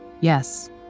Yes